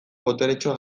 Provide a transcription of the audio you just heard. boteretsua